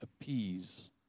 appease